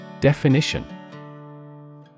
Definition